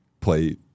play